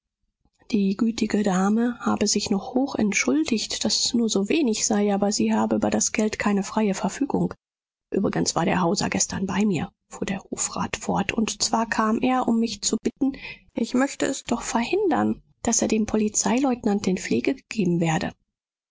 die gütige dame habe sich noch hoch entschuldigt daß es nur so wenig sei aber sie habe über das geld keine freie verfügung übrigens war der hauser gestern bei mir fuhr der hofrat fort und zwar kam er um mich zu bitten ich möchte es doch verhindern daß er dem polizeileutnant in pflege gegeben werde